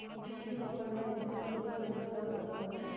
ಗುತ್ತಿಗೆ ವಪ್ಪಂದ ಇದು ಇಬ್ರು ಮದ್ಯ ಒಂದ್ ವಪ್ಪಂದ